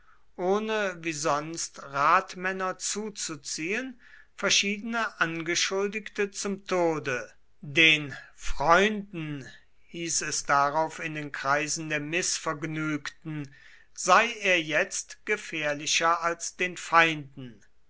ohne wie sonst ratmänner zuzuziehen verschiedene angeschuldigte zum tode den freunden hieß es darauf in den kreisen der mißvergnügten sei er jetzt gefährlicher als den feinden